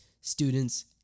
students